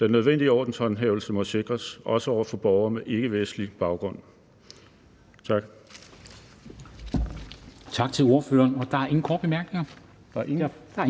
Den nødvendige ordenshåndhævelse må sikres, også over for borgere med ikkevestlig baggrund. Tak. Kl. 14:35 Formanden (Henrik Dam Kristensen): Tak til ordføreren. Der er ingen